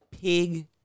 pig